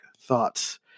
thoughts